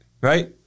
right